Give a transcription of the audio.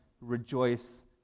rejoice